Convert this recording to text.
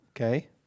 Okay